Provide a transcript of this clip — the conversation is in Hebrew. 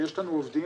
ויש לנו עובדים,